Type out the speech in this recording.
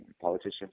politicians